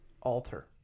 alter